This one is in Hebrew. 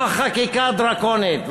לא החקיקה הדרקונית,